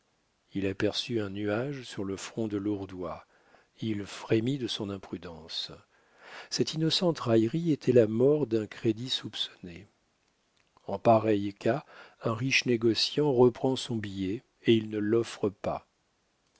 il aperçut un nuage sur le front de lourdois il frémit de son imprudence cette innocente raillerie était la mort d'un crédit soupçonné en pareil cas un riche négociant reprend son billet et il ne l'offre pas